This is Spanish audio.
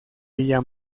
villa